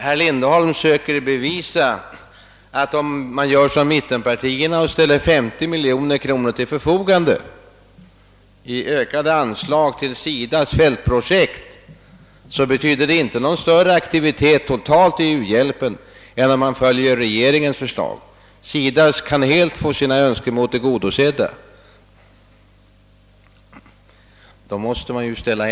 Herr Lindholm försöker bevisa att om man, som mittenpartierna vill, ställer 50 miljoner kronor till förfogande i ökat anslag till SIDA:s fältprojekt, så betyder detta inte någon större aktivitet totalt sett i fråga om u-hjälpen än om man följer regeringens förslag; SIDA kan helt få sina önskemål tillgodosedda genom regeringens förslag.